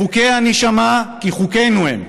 לחוקיה נישמע, כי חוקינו הם,